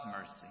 mercy